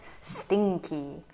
stinky